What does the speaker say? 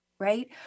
Right